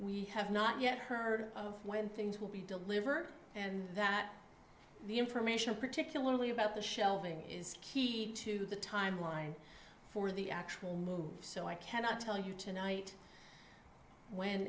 we have not yet heard when things will be delivered and that the information particularly about the shelving is key to the timeline for the actual so i cannot tell you tonight when